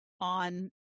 on